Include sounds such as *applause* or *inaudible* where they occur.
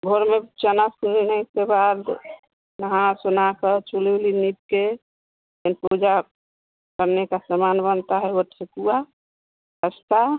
भोर में चना फूलने के बाद नहा सुनाकर चूली ऊली नीप के फ़िर पूजा करने का सामान बनता है *unintelligible* पुआ खस्ता